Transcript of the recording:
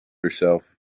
herself